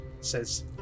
says